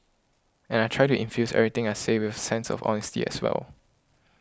and I try to infuse everything I say with a sense of honesty as well